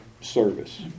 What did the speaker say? service